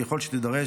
ככל שתידרש,